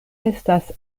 estas